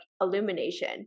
illumination